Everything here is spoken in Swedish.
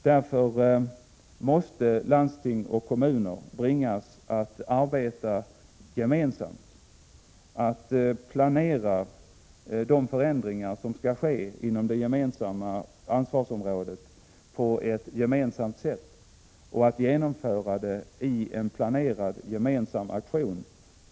Därför måste landsting och kommuner bringas att arbeta gemensamt, att planera de förändringar som skall ske inom det gemensamma ansvarsområdet på ett gemensamt sätt och att genomföra det i en planerad gemensam aktion.